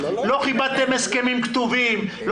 לא כיבדתם הסכמים כתובים.